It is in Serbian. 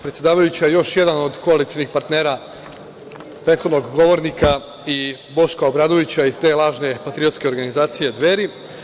Predsedavajuća, Đođre Vukadinović je još jedan od koalicionih partnera prethodnog govornika i Boška Obradovića iz te lažne patriotske organizacije Dveri.